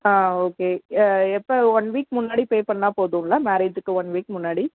ஆ okay எப்போ one week முன்னாடி pay பண்ணால் போதும்ங்களா மேரேஜுக்கு ஒன் வீக் முன்னாடி